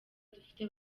dufite